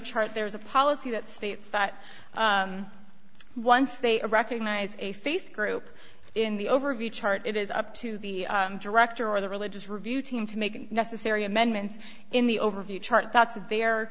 chart there is a policy that states that once they recognize a faith group in the overview chart it is up to the director or the religious review team to make necessary amendments in the overview chart that'